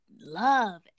love